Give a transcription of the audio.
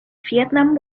vietnam